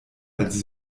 als